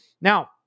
Now